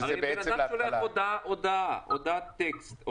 אז אם בן אדם שולח הודעת טקסט,